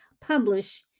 publish